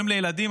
הורים לילדים,